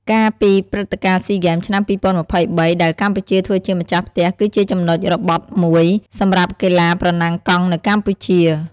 កាលពីព្រឹត្តិការណ៍ស៊ីហ្គេមឆ្នាំ ២០២៣ ដែលកម្ពុជាធ្វើជាម្ចាស់ផ្ទះ គឺជាចំណុចរបត់មួយសម្រាប់កីឡាប្រណាំងកង់នៅកម្ពុជា។